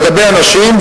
לגבי הנשים,